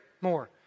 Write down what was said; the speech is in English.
More